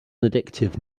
addictive